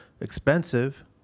expensive